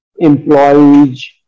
employees